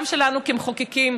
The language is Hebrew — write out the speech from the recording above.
גם שלנו כמחוקקים,